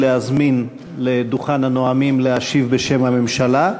להזמין לדוכן הנואמים להשיב בשם הממשלה,